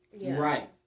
Right